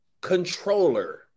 controller